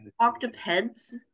Octopeds